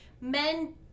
men